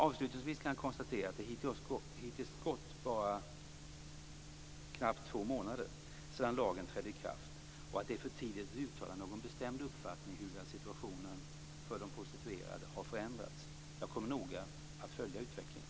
Avslutningsvis kan jag konstatera att det hittills bara gått knappt två månader sedan lagen trädde i kraft och att det är för tidigt att uttala någon bestämd uppfattning om huruvida situationen för de prostituerade har förändrats. Jag kommer noga att följa utvecklingen.